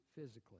physically